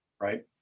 Right